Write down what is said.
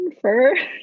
First